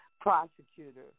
prosecutor